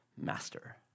master